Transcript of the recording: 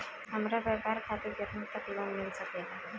हमरा व्यापार खातिर केतना तक लोन मिल सकेला?